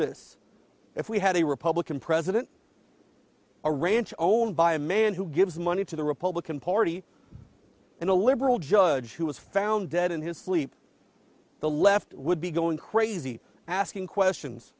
this if we had a republican president a ranch owned by a man who gives money to the republican party and a liberal judge who was found dead in his sleep the left would be going crazy asking questions